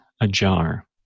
ajar